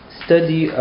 study